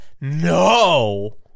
No